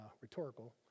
rhetorical